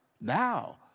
now